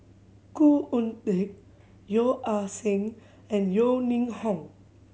Khoo Oon Teik Yeo Ah Seng and Yeo Ning Hong